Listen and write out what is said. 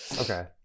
okay